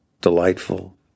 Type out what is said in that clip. delightful